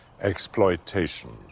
exploitation